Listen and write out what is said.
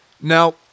now